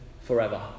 forever